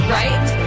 right